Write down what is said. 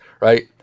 right